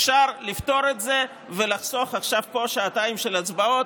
אפשר לפתור את זה ולחסוך פה עכשיו שעתיים של הצבעות.